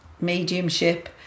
mediumship